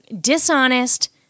dishonest